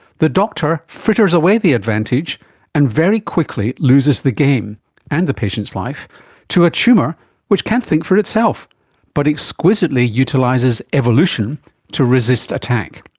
the doctor fritters away the advantage and very quickly loses the game and the patient's life to a tumour which can't think for itself but exquisitely utilises evolution to resist attack.